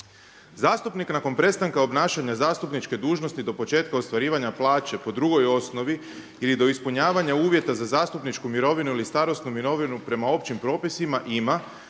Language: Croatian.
„Zastupnik nakon prestanka obnašanja zastupničke dužnosti do početka ostvarivanja plaće po drugoj osnovi ili do ispunjavanja uvjeta za zastupničku mirovinu ili starosnu mirovinu prema općim propisima ima